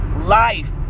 life